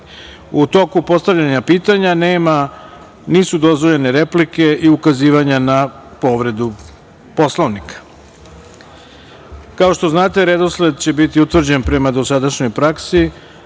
toku postavljanja pitanja nisu dozvoljene replike i ukazivanja na povredu Poslovnika. Kao što znate, redosled će biti utvrđen prema dosadašnjoj praksi.